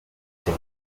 him